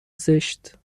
زشت